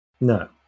No